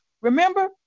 Remember